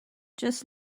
just